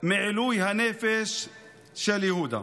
מעילוי הנפש של יהודה.